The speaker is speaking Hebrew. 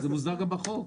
זה מוסדר גם בחוק.